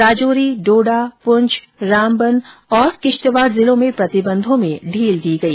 राजौरी डोडा पूंछ रामबन तथा किश्तवाड़ जिलों में प्रतिबंधों में ढील दी गई